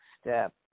step